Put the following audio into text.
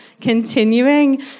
continuing